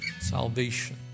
salvation